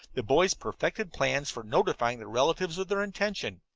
the boys perfected plans for notifying their relatives of their intention.